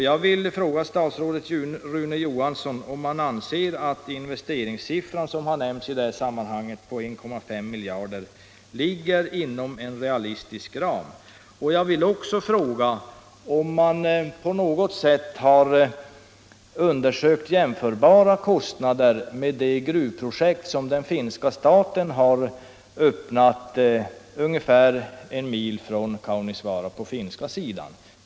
Jag vill fråga statsrådet Rune Johansson om han anser att den in vesteringssiffra som nämnts på 1,5 miljarder kronor ligger inom en realistisk ram. Jag vill också fråga honom om det gjorts någon undersökning av jämförbara kostnader för det gruvprojekt som den finska staten har börjat ungefär en mil från Kaunisvaara på den finska sidan.